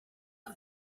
are